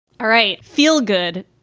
all right. feel good.